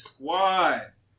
Squad